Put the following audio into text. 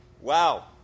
Wow